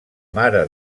mare